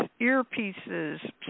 earpieces